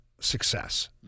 success